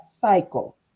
cycle